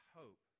hope